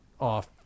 off